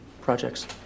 projects